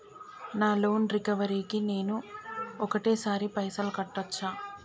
నా loan recovery కి నేను ఒకటేసరి పైసల్ కట్టొచ్చా?